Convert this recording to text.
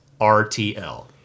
RTL